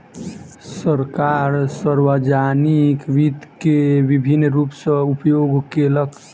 सरकार, सार्वजानिक वित्त के विभिन्न रूप सॅ उपयोग केलक